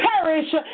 perish